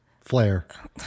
Flare